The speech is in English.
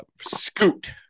scoot